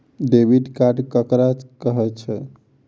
Debit card ककरा कहै छै?